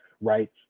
right